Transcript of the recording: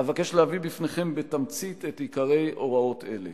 אבקש להביא בפניכם, בתמצית, את עיקרי הוראות אלה: